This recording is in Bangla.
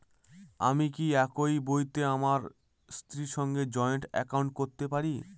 আমি কি একই বইতে আমার স্ত্রীর সঙ্গে জয়েন্ট একাউন্ট করতে পারি?